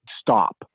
stop